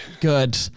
good